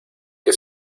que